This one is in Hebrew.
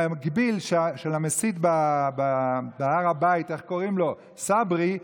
מקביל למסית בהר הבית, איך קוראים לו, סברי.